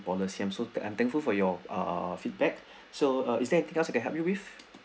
policy I'm so I'm thankful for your uh feedback so is there anything else I can help you with